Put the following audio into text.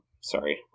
sorry